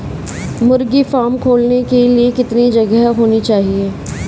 मुर्गी फार्म खोलने के लिए कितनी जगह होनी आवश्यक है?